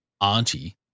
auntie